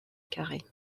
carrée